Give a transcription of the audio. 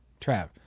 Trav